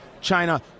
China